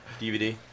DVD